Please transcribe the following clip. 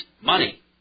money